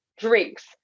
drinks